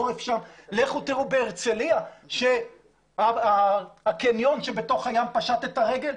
לכו תראו בהרצליה שם הקניון שבתוך הים פשט את הרגל,